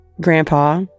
grandpa